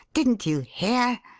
didn't you hear?